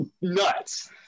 nuts